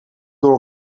door